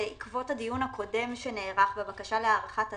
בעקבות הדיון הקודם שנערך בבקשה להארכת הצו,